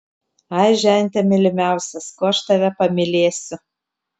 ai žente mylimiausias kuo aš tave pamylėsiu